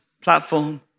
platform